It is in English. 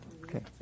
okay